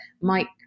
Mike